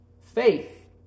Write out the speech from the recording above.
faith